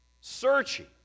searching